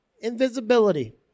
invisibility